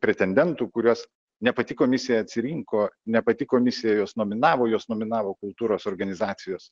pretendentų kuriuos ne pati komisija atsirinko ne pati komisija juos nominavo juos nominavo kultūros organizacijos